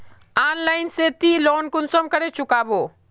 Online से ती loan कुंसम करे चुकाबो?